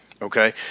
Okay